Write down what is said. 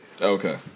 Okay